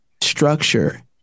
structure